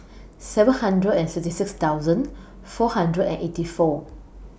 seven hundred and sixty six thousand four hundred and eighty four